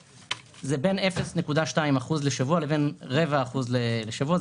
זה בין 0.2% ובין 0.25% לשבוע.